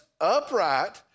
upright